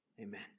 Amen